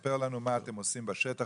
ספר לנו מה אתם עושים בשטח,